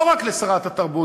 לא רק לשרת התרבות,